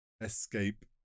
escape